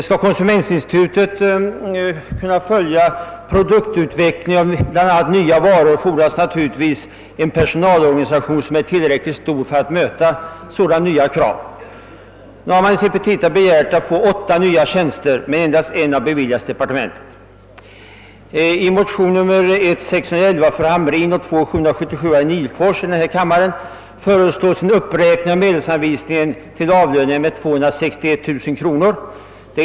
Skall det bl.a. kunna följa produktutvecklingen av nya varor, fordras givetvis en personalorganisation som är tillräckligt stor för att möta sådana nya krav. Institutet har i sina petita begärt åtta nya tjänster, men endast en har beviljats av departementet. I motionerna I:611 av fru Hamrin Thorell m.fl. och II: 777 av herr Nihlfors m.fl. föreslås en uppräkning av medelsanvisningen till avlöningar med 261 000 kronor.